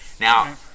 Now